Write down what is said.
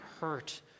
hurt